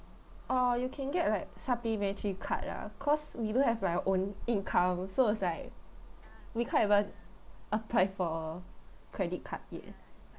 or you can get like supplementary card lah cause we don't have like our own income so is like we can't even apply for credit card yet